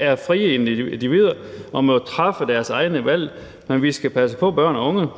er frie individer og må træffe deres egne valg, men vi skal passe på børn og unge.